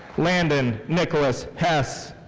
landon nicholas hess.